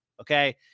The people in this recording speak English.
Okay